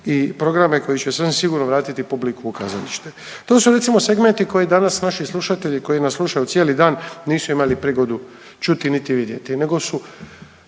i programe koji će sasvim sigurno vratiti publiku u kazalište. To su recimo segmenti koji danas naši slušatelji koji nas slušaju cijeli dan nisu imali prigodu čuti niti vidjeti nego su